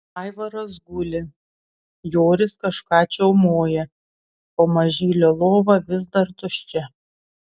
aivaras guli joris kažką čiaumoja o mažylio lova vis dar tuščia